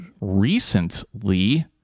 recently